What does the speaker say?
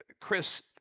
Chris